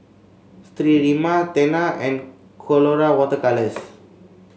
Sterimar Tena and Colora Water Colours